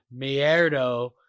Mierdo